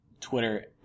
Twitter